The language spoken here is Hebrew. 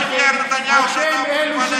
קח דגל צפון קוריאה ותבוא.